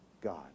God